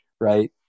Right